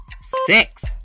six